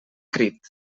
crit